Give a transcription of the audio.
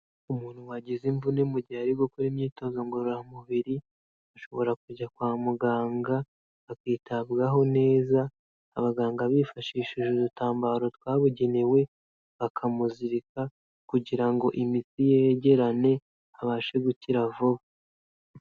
Umuntu wagize imvune mu gihe ari gukora imyitozo ngororamubiri, ashobora kujya kwa muganga akitabwaho neza, abaganga bifashishije udutambaro twabugenewe, bakamuzirika kugira ngo imitsi ye yegerane abashe gukira vuba.